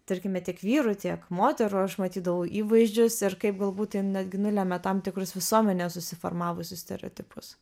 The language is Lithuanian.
tarkime tiek vyrų tiek moterų aš matydavau įvaizdžius ir kaip galbūt jie netgi nulemia tam tikrus visuomenėje susiformavusius stereotipus